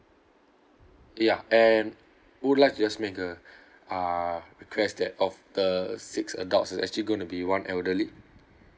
ya and would like to just make a uh request that of the six adults it's actually going to be one elderly